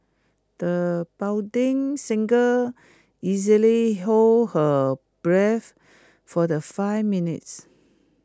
the budding singer easily hold her breath for the five minutes